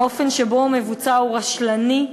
האופן שבו הוא מבוצע הוא רשלני,